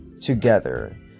together